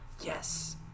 yes